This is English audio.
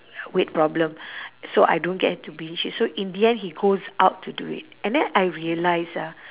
weight problem so I don't get to binge eat so in the end he goes out to do it and then I realise ah